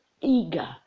eager